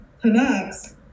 connects